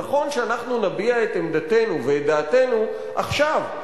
נכון שאנחנו נביע את עמדתנו ואת דעתנו עכשיו,